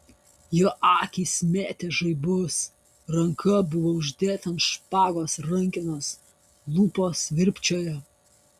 jo akys mėtė žaibus ranka buvo uždėta ant špagos rankenos lūpos virpčiojo